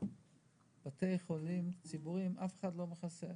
בבתי החולים הציבוריים אף אחד לא מכסה,